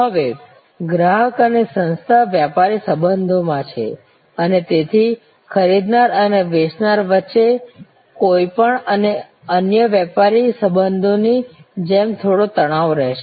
હવે ગ્રાહક અને સંસ્થા વ્યાપારી સંબંધોમાં છે અને તેથી ખરીદનાર અને વેચનાર વચ્ચેના કોઈપણ અન્ય વ્યાપારી સંબંધોની જેમ થોડો તણાવ રહેશે